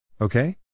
Okay